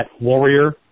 warrior